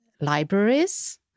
libraries